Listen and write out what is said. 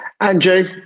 Andrew